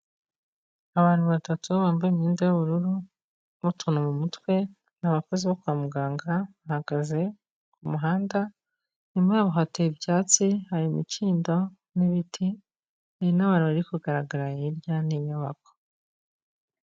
Abantu batatu bambaye imyenda y'ubururu n'utuntu mu mutwe, ni abakozi bo kwa muganga bahagaze ku muhanda, inyuma yabo hateye ibyatsi hari imikindo n'ibiti hari n'abantu bari kugaragara hirya n'inyubako.